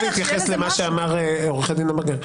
רק נתייחס למה שאמר עורך הדין למברגר,